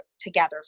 together